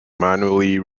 manually